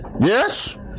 Yes